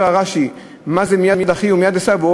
אומר רש"י: מה זה "מיד אחי מיד עשו"?